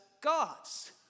gods